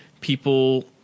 people